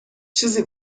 چیزی